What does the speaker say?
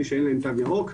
מי שאין להם תו ירוק,